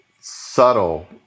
subtle